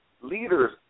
Leaders